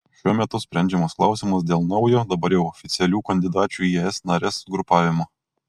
šiuo metu sprendžiamas klausimas dėl naujo dabar jau oficialių kandidačių į es nares grupavimo